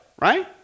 right